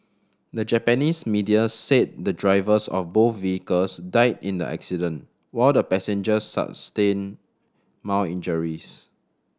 the Japanese media said the drivers of both vehicles died in an accident while the passengers sustained mild injuries